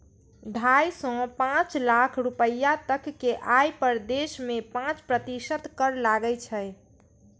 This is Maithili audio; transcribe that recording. ढाइ सं पांच लाख रुपैया तक के आय पर देश मे पांच प्रतिशत कर लागै छै